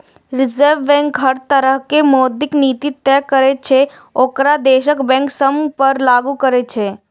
reserve bank हर तरहक मौद्रिक नीति तय करै छै आ ओकरा देशक बैंक सभ पर लागू करै छै